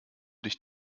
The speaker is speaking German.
dich